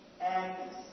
Agnes